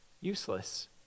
useless